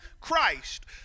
Christ